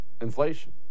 inflation